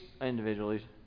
individually